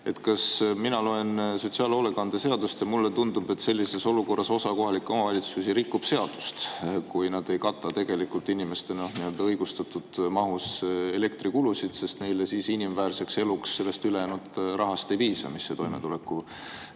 ilmneb. Mina loen sotsiaalhoolekande seadust ja mulle tundub, et sellises olukorras osa kohalikke omavalitsusi rikub seadust, kui nad ei kata nii-öelda õigustatud mahus inimeste elektrikulusid, sest neile siis inimväärseks eluks sellest ülejäänud rahast ei piisa, mis see toimetulekupiiri